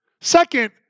Second